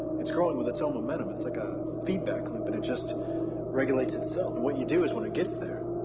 it's growing with its own momentum. it's like a feedback loop, and it just regulates itself. and what you do is when it gets there,